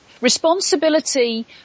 Responsibility